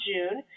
June